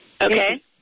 Okay